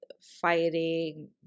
Fighting